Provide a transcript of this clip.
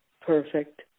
perfect